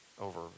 over